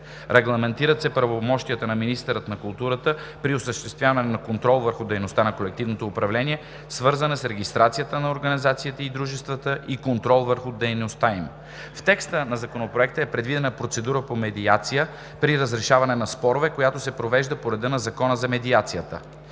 Регламентират се правомощията на министъра на културата при осъществяването на контрола върху дейността по колективно управление, свързана с регистрацията на организациите и дружествата и контрол върху дейността им. В текста на Законопроекта е предвидена процедура по медиация при разрешаване на спорове, която се провежда по реда на Закона за медиацията.